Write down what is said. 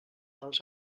dels